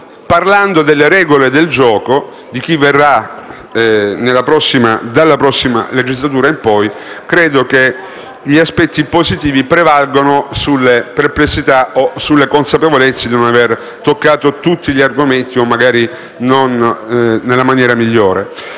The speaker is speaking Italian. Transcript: Parlandosi delle regole del gioco di chi verrà dalla prossima legislatura in poi credo però che gli aspetti positivi prevalgano sulle perplessità o sulla consapevolezza di non aver toccato tutti gli argomenti o non nella maniera migliore.